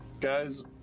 guys